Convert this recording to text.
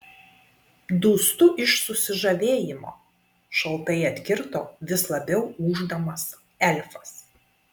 dūstu iš susižavėjimo šaltai atkirto vis labiau ūždamas elfas